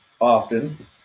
often